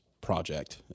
project